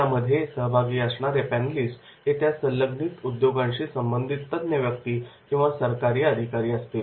यामध्ये सहभागी होणारे पॅनलिस्ट हे त्या संलग्नित उद्योगांशी संबंधित तज्ञ व्यक्ती किंवा सरकारी अधिकारी असतील